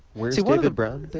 where's david brown